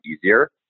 easier